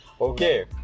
Okay